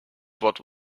what